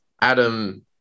Adam